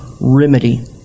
remedy